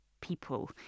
people